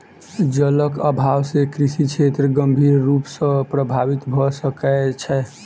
जलक अभाव से कृषि क्षेत्र गंभीर रूप सॅ प्रभावित भ सकै छै